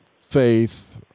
faith